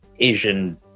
Asian